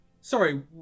sorry